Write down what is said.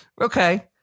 Okay